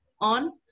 on